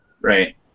Right